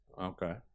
Okay